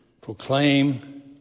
Proclaim